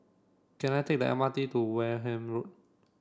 can I take the M R T to Wareham Road